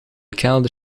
kelder